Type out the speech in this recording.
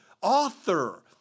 author